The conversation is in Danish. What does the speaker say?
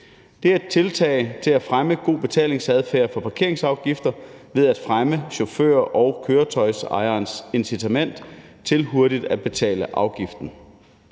Det er et tiltag for at fremme god betalingsadfærd i forbindelse med parkeringsafgifter ved at fremme chaufførens og køretøjsejerens incitament til hurtigt at betale afgiften.